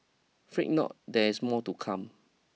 fretnot there is more to come